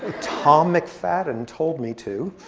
ah tom mcfadden told me to.